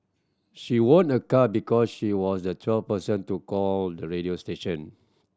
she won a car because she was the twelfth person to call the radio station